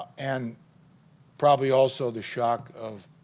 and probably also the shock of